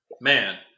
man